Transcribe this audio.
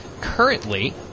Currently